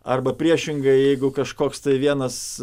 arba priešingai jeigu kažkoks tai vienas